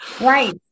right